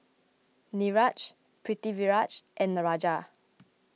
Niraj Pritiviraj and Raja